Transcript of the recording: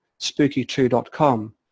spooky2.com